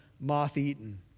moth-eaten